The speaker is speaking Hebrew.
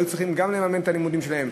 היו צריכות לממן את הלימודים שלהן,